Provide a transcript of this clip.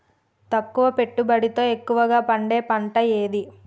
తక్కువ పెట్టుబడితో ఎక్కువగా పండే పంట ఏది?